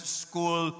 school